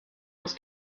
aus